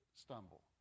stumble